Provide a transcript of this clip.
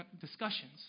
discussions